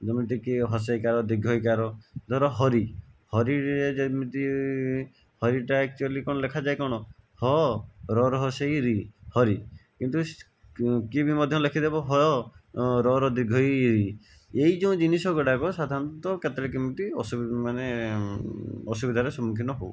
ଯେମିତିକି ହର୍ସେଇକାର ଧିର୍ଘେଇକାର ଧର ହରି ହରିରେ ଯେମିତି ହରିଟା ଆକଚୁଆଲି କଣ ଲେଖାଯାଏ କଣ ହ ରରେ ହର୍ସେଇ ରି ହରି କିନ୍ତୁ କିଏ ବି ମଧ୍ୟ ଲେଖି ଦେବ ହ ରର ଧିର୍ଘେଇ ରୀ ଏଇ ଯେଉଁ ଜିନିଷ ଗୁଡ଼ାକ ସାଧାରଣତଃ କେତେବେଳେ କେମିତି ଅସୁ ମାନେ ଅସୁବିଧାର ସମ୍ମୁଖୀନ ହେଉ